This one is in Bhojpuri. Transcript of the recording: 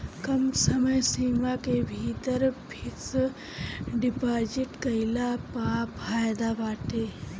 कम समय सीमा के भीतर फिक्स डिपाजिट कईला पअ फायदा बाटे